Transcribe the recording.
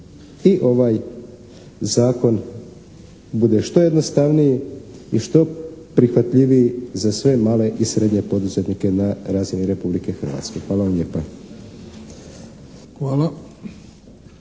i ovaj zakon bude što jednostavniji i što prihvatljiviji za sve male i srednje poduzetnike na razini Republike Hrvatske. Hvala vam lijepa.